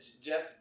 Jeff